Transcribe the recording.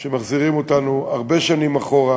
על שמחזירים אותנו הרבה שנים אחורה,